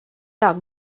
так